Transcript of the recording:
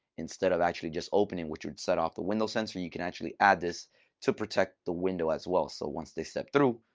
instead of actually just opening which would set off the window sensor you can actually add this to protect the window as well. so once they step through,